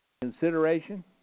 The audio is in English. consideration